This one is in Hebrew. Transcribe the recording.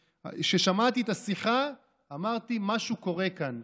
כששמעתי את השיחה, אמרתי: משהו קורה כאן.